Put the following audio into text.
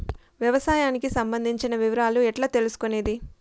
వ్యవసాయానికి సంబంధించిన వివరాలు ఎట్లా తెలుసుకొనేది?